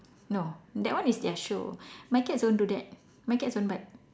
no that one is their show my cats don't do that my cats don't bite